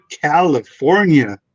California